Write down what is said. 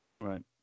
Right